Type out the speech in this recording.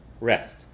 rest